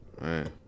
Man